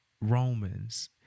Romans